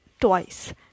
twice